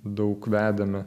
daug vedėme